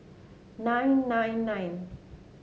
nine nine nine